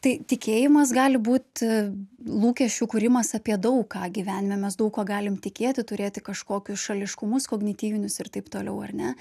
tai tikėjimas gali būt lūkesčių kūrimas apie daug ką gyvenime mes daug kuo galim tikėti turėti kažkokius šališkumus kognityvinius ir taip toliau ar ne